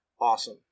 awesome